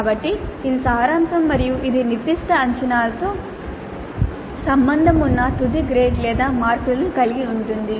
కాబట్టి ఇది సారాంశం మరియు ఇది నిర్దిష్ట అంచనాతో సంబంధం ఉన్న తుది గ్రేడ్ లేదా మార్కులను కలిగి ఉంటుంది